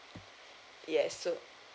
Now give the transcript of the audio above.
yes so